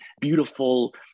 beautiful